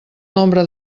nombre